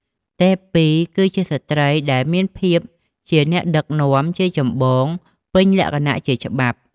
ទេពី គឺជាស្រ្តីដែលមានភាពជាអ្នកដឹកនាំជាចម្បងពេញលក្ខណៈជាច្បាប់។